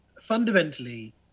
fundamentally